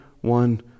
one